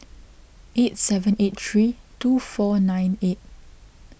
eight seven eight three two four nine eight